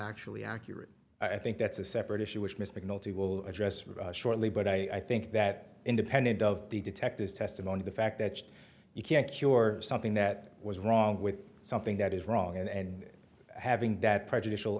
actually accurate i think that's a separate issue which miss macnulty will address with shortly but i think that independent of the detective's testimony the fact that you can't cure something that was wrong with something that is wrong and having that prejudicial